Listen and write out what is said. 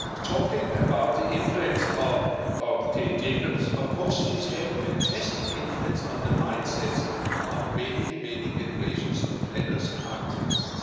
talking about the influence of of jane jacobs, of course she has had a fantastic influence on the mindsets of many, many generations of planners and architects.